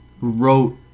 wrote